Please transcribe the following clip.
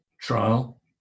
trial